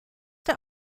der